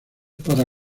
para